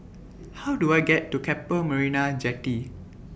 How Do I get to Keppel Marina Jetty